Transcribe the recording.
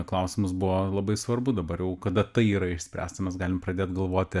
klausimas buvo labai svarbu dabar jau kada tai yra išspręsta mes galim pradėt galvoti